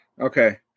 Okay